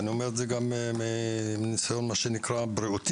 ואני אומר זאת גם מניסיון בתחום הבריאות,